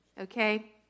Okay